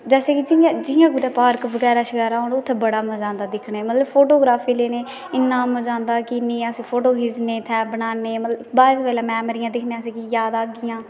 जैसे की जियां पार्क बगैरा होन ते उत्थें बड़ा मज़ा आंदा दिक्खनै ई इन्ना मज़ा आंदा की इत्थें फोटो ई दिक्खनै ते बनाने बाद बिच एह् जेह्कियां मैमोरियां असेंगी याद आङन